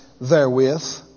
therewith